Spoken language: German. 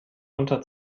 unter